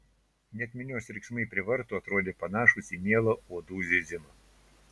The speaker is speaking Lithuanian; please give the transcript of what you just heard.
net minios riksmai prie vartų atrodė panašūs į mielą uodų zyzimą